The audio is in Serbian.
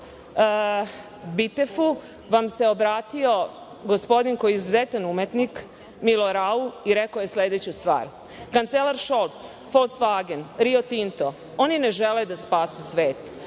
BITEF-u vam se obratio gospodin koji je izuzetan umetnik Milo Rau i rekao je sledeću stvar – Kancelar Šolc, Folsvagen, Rio Tinto, oni ne žele da spasu svet,